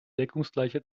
deckungsgleiche